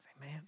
Man